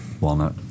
Walnut